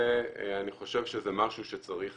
אני חושב שזה משהו שצריך